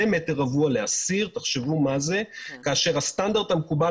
מטר רבוע לאסיר תחשבו מה זה בעוד הסטנדרט המקובל